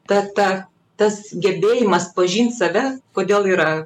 ta ta tas gebėjimas pažint save kodėl yra